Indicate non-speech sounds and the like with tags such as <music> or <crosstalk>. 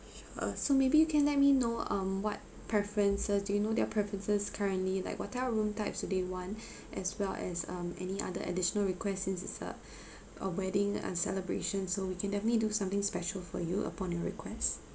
sure so maybe you can let me know um what preferences do you know their preferences currently like what type of room types would they want as well as um any other additional requests since it's a <breath> a wedding and celebration so we can definitely do something special for you upon your request